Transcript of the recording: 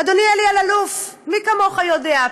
אדוני אלי אלאלוף, מי כמוך יודע.